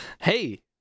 hey